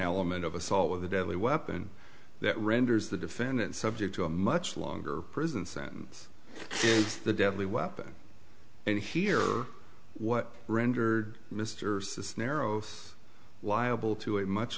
element of assault with a deadly weapon that renders the defendant subject to a much longer prison sentence the deadly weapon and hear what rendered mr cisneros liable to a much